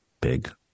Big